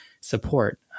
support